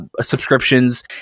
subscriptions